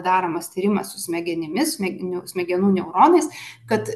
daromas tyrimas su smegenimis mėg smegenų neuronais kad